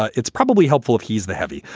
ah it's probably helpful if he's the heavy,